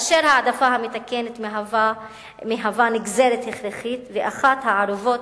וההעדפה המתקנת מהווה נגזרת הכרחית ואחת הערובות